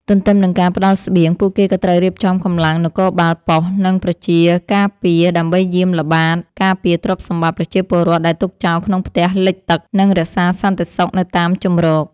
ទន្ទឹមនឹងការផ្ដល់ស្បៀង ពួកគេក៏ត្រូវរៀបចំកម្លាំងនគរបាលប៉ុស្តិ៍ និងប្រជាការពារដើម្បីយាមល្បាតការពារទ្រព្យសម្បត្តិប្រជាពលរដ្ឋដែលទុកចោលក្នុងផ្ទះលិចទឹក និងរក្សាសន្តិសុខនៅតាមជម្រក។